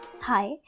Hi